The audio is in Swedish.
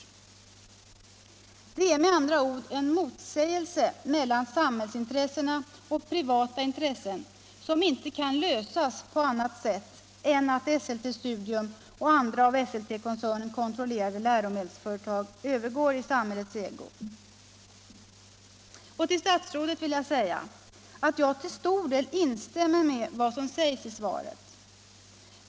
Det föreligger med andra ord ett motsatsförhållande mellan samhällsintressena och de privata intressena, som inte kan upphöra på annat sätt än att Esselte Studium AB och andra av Esseltekoncernen kontrollerade läromedelsföretag övergår i samhällets ägo. Till statsrådet vill jag säga att jag till stor del instämmer i vad som sägs i svaret.